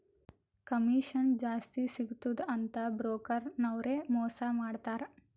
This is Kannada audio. ಕಮಿಷನ್ ಜಾಸ್ತಿ ಸಿಗ್ತುದ ಅಂತ್ ಬ್ರೋಕರ್ ನವ್ರೆ ಮೋಸಾ ಮಾಡ್ತಾರ್